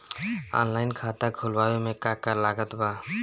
Online खाता खुलवावे मे का का लागत बा?